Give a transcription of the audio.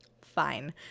fine